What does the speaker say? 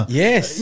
yes